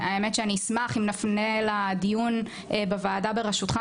האמת שאני אשמח אם נפנה לדיון בוועדה בראשותך,